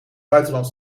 buitenland